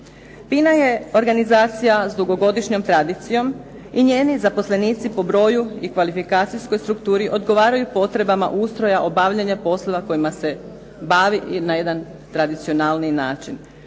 FINA je organizacija s dugogodišnjom tradicijom i njeni zaposlenici po broju i kvalifikacijskoj strukturi odgovaraju potrebama ustroja obavljanja poslova kojima se bavi na jedan tradicionalniji način.